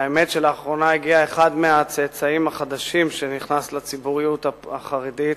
והאמת שלאחרונה הגיע אחד מהצאצאים החדשים שנכנס לציבוריות החרדית,